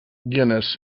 guinness